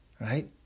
right